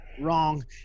wrong